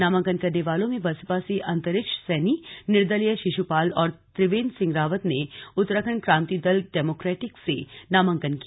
नामांकन करने वालों में बसपा से अंतरिक्ष सैनी निर्दलीय शिशुपाल और त्रिवेन्द्र सिंह रावत ने उत्तराखण्ड क्रांति दल डेमोक्रेटिक से नामांकन किया